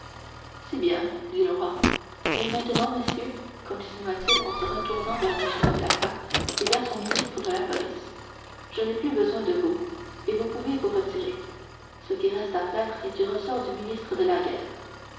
c'est bien dit le roi et maintenant messieurs continua-t-il en se retournant vers m de blacas et vers le ministre de la police je n'ai plus besoin de vous et vous pouvez vous retirer ce qui reste à faire est du ressort du ministre de la guerre